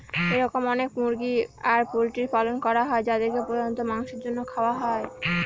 এরকম অনেক মুরগি আর পোল্ট্রির পালন করা হয় যাদেরকে প্রধানত মাংসের জন্য খাওয়া হয়